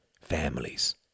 families